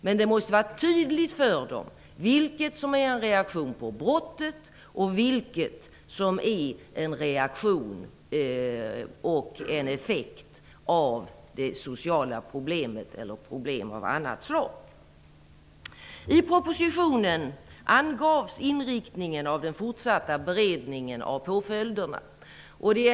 Men det måste stå klart för dem vilket som är en reaktion på brottet och vilket som är en reaktion på och en effekt av det sociala problemet eller problem av annat slag. I propositionen angavs inriktningen av den fortsatta beredningen av påföljderna.